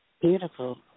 Beautiful